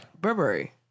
Burberry